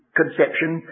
conception